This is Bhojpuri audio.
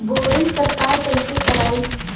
बोरिंग सरकार कईसे करायी?